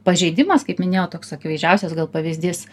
pažeidimas kaip minėjau toks akivaizdžiausias gal pavyzdys